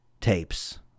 tapes